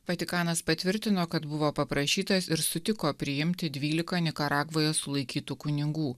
vatikanas patvirtino kad buvo paprašytas ir sutiko priimti dvylika nikaragvoje sulaikytų kunigų